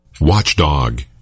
Watchdog